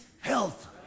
health